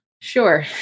sure